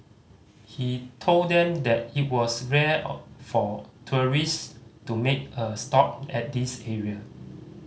he told them that it was rare for tourists to make a stop at this area